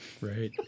Right